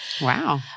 Wow